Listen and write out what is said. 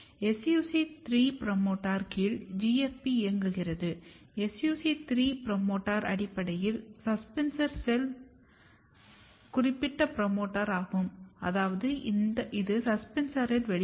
SUC3 promoter கீழ் GFP இயங்குகிறது SUC3 promoter அடிப்படையில் சஸ்பென்சர் செல் குறிப்பிட்ட புரோமோட்டார் ஆகும் அதாவது இது சஸ்பென்சரில் வெளிப்படும்